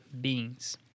beings